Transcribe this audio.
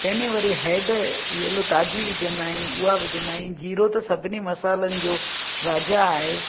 कंहिंमें वरी हैड यलो ताज़ी विझंदा आहियूं उहा विझंदा आहियूं जीरो सभिनी मसालनि जो राजा आहे